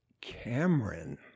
Cameron